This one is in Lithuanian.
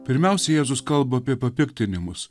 pirmiausia jėzus kalba apie papiktinimus